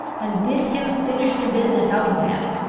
and bid him finish the business out of hand!